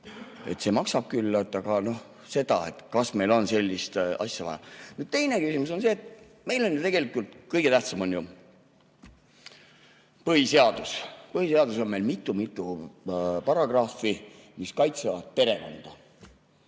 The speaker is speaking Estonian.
See maksab küll, aga noh ... Kas meil on sellist asja vaja? Nüüd teine küsimus on see, et meil on tegelikult kõige tähtsam põhiseadus. Põhiseaduses on meil mitu-mitu paragrahvi, mis kaitsevad perekonda.